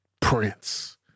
Prince